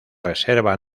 reserva